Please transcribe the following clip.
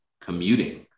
commuting